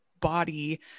body